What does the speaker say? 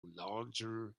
larger